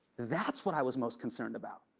that's what i was most concerned about.